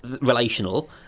relational